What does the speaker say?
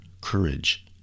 courage